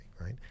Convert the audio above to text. right